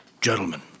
gentlemen